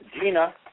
Gina